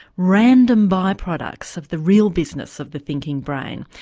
random by-products of the real business of the thinking brain.